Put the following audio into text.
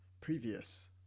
previous